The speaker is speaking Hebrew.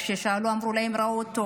כששאלו, אמרו להם שראו אותו